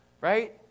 right